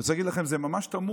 אני רוצה להגיד לכם, זה ממש תמוה.